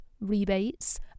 rebates